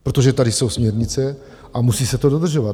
Protože tady jsou směrnice a musí se to dodržovat.